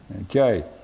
Okay